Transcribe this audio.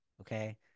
okay